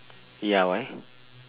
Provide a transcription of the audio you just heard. ya why